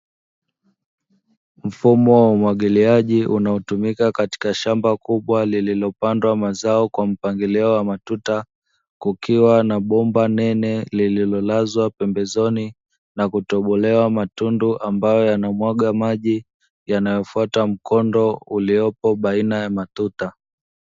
Mfumo wa umwagiliaji unaotumika katika shamba kubwa, lililopandwa mazao kwa mpangilio wa matuta, kukiwa na bomba nene lililolazwa pembezoni na kutobolewa matundu ambayo yanamwaga maji, yanayofuata mkondo uliopo baina ya matuta.